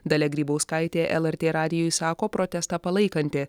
dalia grybauskaitė lrt radijui sako protestą palaikanti